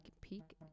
peek